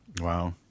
Wow